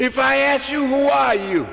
if i ask you why you